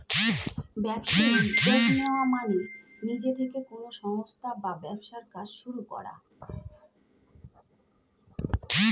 ব্যবসায় উদ্যোগ নেওয়া মানে নিজে থেকে কোনো সংস্থা বা ব্যবসার কাজ শুরু করা